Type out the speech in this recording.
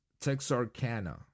Texarkana